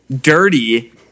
dirty